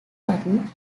button